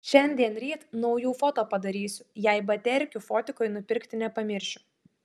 šiandien ryt naujų foto padarysiu jei baterkių fotikui nupirkti nepamiršiu